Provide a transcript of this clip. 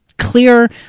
clear